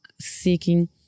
Seeking